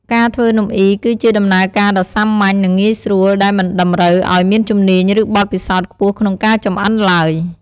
ការធ្វើនំអុីគឺជាដំណើរការដ៏សាមញ្ញ និងងាយស្រួល ដែលមិនតម្រូវឱ្យមានជំនាញ ឬបទពិសោធន៍ខ្ពស់ក្នុងការចម្អិនឡើយ។